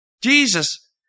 Jesus